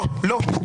לא.